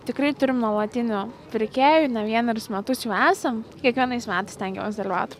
tikrai turim nuolatinių pirkėjų ne vienerius metus jau esam kiekvienais metais stengiuosi dalyvauti